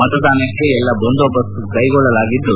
ಮತದಾನಕ್ಕೆ ಎಲ್ಲಾ ಬಂದೋಬಸ್ತ್ ಕೈಗೊಳ್ಳಲಾಗಿದ್ದು